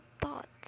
thoughts